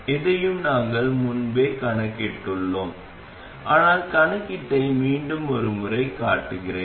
இதையும் நாங்கள் முன்பே கணக்கிட்டுள்ளோம் ஆனால் கணக்கீட்டை மீண்டும் ஒருமுறை காட்டுகிறேன்